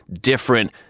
different